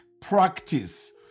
practice